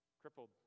crippled